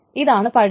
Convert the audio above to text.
ഇതാണ് പഴയത്